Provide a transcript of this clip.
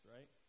Right